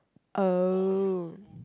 oh